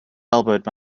elbowed